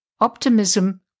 optimism